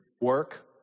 work